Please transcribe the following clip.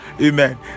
amen